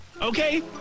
okay